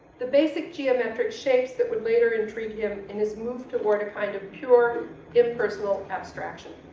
the basic geometric shapes that would later intrigue him in his move toward a kind of pure impersonal abstraction.